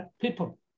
people